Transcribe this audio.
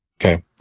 Okay